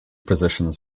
positions